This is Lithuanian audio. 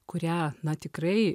kurią na tikrai